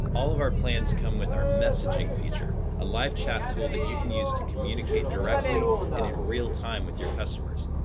all of our plans come with our messaging feature, a live chat tool that you can use to communicate directly and in real time with your customers.